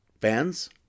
fans